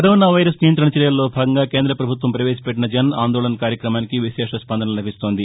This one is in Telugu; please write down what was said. కరోనా వైరస్ నియంత్రణ చర్యల్లో భాగంగా కేంద్రపభుత్వం పవేశపెట్టిన జన్ ఆందోళన్ కార్యక్రమానికి విశేష స్పందన లభిస్తోంది